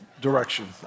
direction